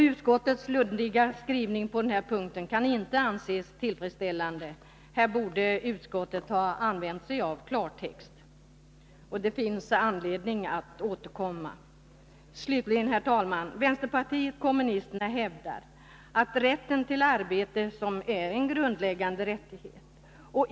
Utskottets luddiga skrivning på denna punkt kan inte anses tillfredsställande — här borde utskottet ha använt klartext. Det finns anledning att återkomma. Slutligen, herr talman! Vänsterpartiet kommunisterna hävdar rätten till arbete som en grundläggande rättighet.